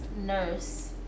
nurse